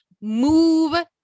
move